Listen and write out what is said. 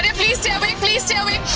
please stay awake please stay awake!